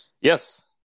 Yes